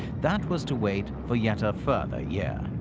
that was to wait for yet a further year.